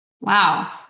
Wow